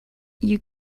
you